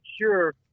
sure